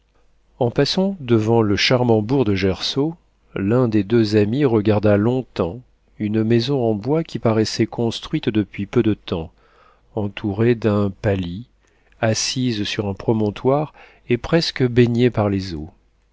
en passant devant le charmant bourg de gersau l'un des deux amis regarda longtemps une maison en bois qui paraissait construite depuis peu de temps entourée d'un palis assise sur un promontoire et presque baignée par les eaux